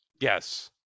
Yes